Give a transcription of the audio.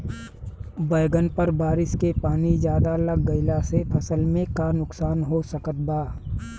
बैंगन पर बारिश के पानी ज्यादा लग गईला से फसल में का नुकसान हो सकत बा?